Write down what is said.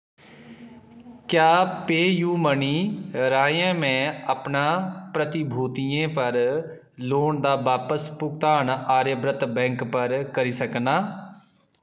क्या PayU money राहें में अपना प्रतिभूतियें पर लोन दा बापस भुगतान आर्यव्रत बैंक पर करी सकनां